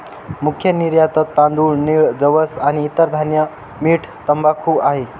मुख्य निर्यातत तांदूळ, नीळ, जवस आणि इतर धान्य, मीठ, तंबाखू आहे